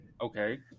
Okay